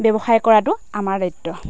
ব্যৱসায় কৰাটো আমাৰ দায়িত্ব